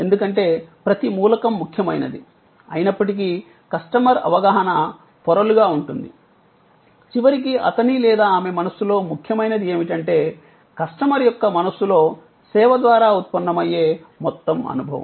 ఎందుకంటే ప్రతి మూలకం ముఖ్యమైనది అయినప్పటికీ కస్టమర్ అవగాహన పొరలుగా ఉంటుంది చివరికి అతని లేదా ఆమె మనస్సులో ముఖ్యమైనది ఏమిటంటే కస్టమర్ యొక్క మనస్సులో సేవ ద్వారా ఉత్పన్నమయ్యే మొత్తం అనుభవం